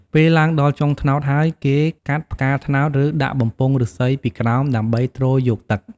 ពេលឡើងដល់ចុងត្នោតហើយ គេកាត់ផ្កាត្នោត ឬ ដាក់បំពង់ឫស្សីពីក្រោមដើម្បីទ្រយកទឹក។